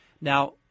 Now